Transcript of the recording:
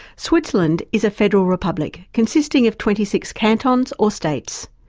switzerland is a federal republic consisting of twenty six cantons or states.